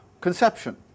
conception